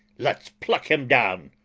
lets pluck him down,